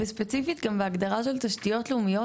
וספציפית גם בהגדרה של תשתיות לאומיות,